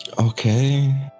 Okay